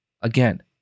Again